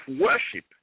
worship